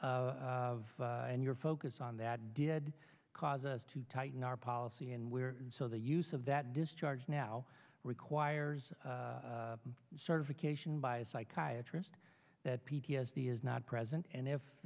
of and your focus on that did cause us to tighten our policy and where so the use of that discharge now requires certification by a psychiatrist that p t s d is not present and